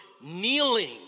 kneeling